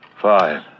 five